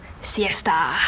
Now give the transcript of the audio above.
siesta